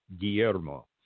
Guillermo